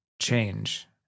change